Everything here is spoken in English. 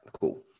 cool